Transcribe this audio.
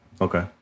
Okay